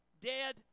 dead